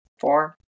Four